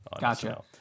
gotcha